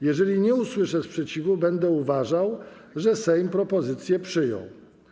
Jeżeli nie usłyszę sprzeciwu, będę uważał, że Sejm propozycję przyjął.